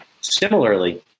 Similarly